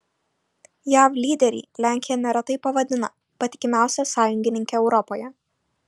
jav lyderiai lenkiją neretai pavadina patikimiausia sąjungininke europoje